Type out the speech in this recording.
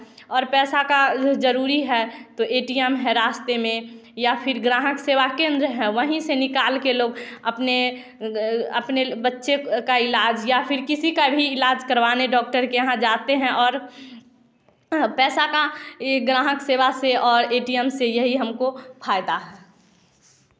और पैसे का ज़रूरी है तो ए टी एम है रास्ते में या फिर ग्राहक सेवा केंद्र है वहीं से निकाल के लोग अपने अपने बच्चे का इलाज या फिर किसी का भी इलाज करवाने डॉक्टर के यहाँ जाते हैं और पैसा का ग्राहक सेवा से और ए टी एम से यही हमको फ़ायदा है